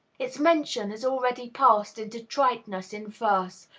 its mention has already passed into triteness in verse,